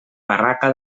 barraca